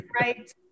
Right